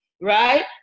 Right